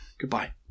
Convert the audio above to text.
Goodbye